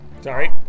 Sorry